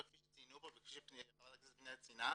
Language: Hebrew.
כפי שציינו פה וכפי שחברת הכנסת פנינה ציינה,